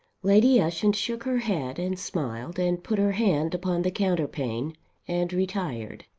lady ushant shook her head, and smiled, and put her hand upon the counterpane and retired.